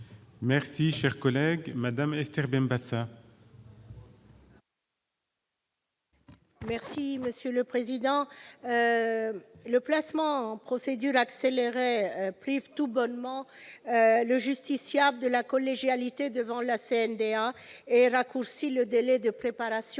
La parole est à Mme Esther Benbassa, sur l'article. Le placement en procédure accélérée prive tout bonnement le justiciable de la collégialité devant la CNDA et raccourcit le délai de préparation